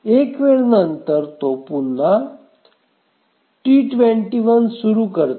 एक वेळ नंतर तो T21 पुन्हा सुरू करते